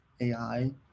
AI